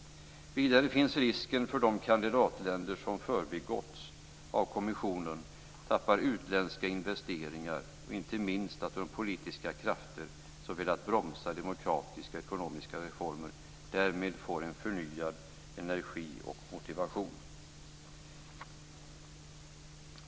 Vidare finns risken att de kandidatländer som förbigåtts av kommissionen tappar utländska investeringar, och inte minst att de politiska krafter som velat bromsa demokratiska och ekonomiska reformer därmed får en förnyad energi och motivation.